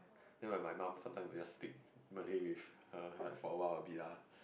then my my mum sometimes will just speak Malay with err like for a while a bit ah